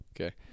okay